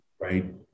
right